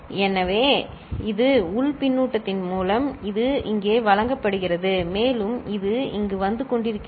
எனவே இது உள் பின்னூட்டத்தின் மூலம் இது இங்கே வழங்கப்படுகிறது மேலும் இது இங்கு வந்து கொண்டிருக்கிறது